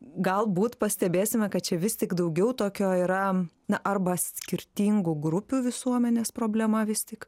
galbūt pastebėsime kad čia vis tik daugiau tokio yra na arba skirtingų grupių visuomenės problema vis tik